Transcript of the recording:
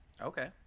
Okay